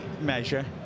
measure